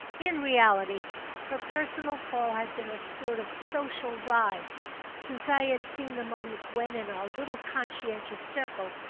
in reality her personal fall had been a sort of social rise since i had seen the moment when, in our little conscientious circle,